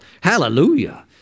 Hallelujah